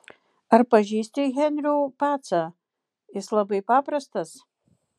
ar pažįsti henrių pacą jis labai paprastas